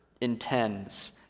intends